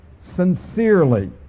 sincerely